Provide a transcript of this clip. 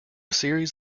series